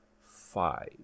Five